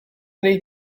wnei